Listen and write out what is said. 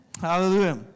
Hallelujah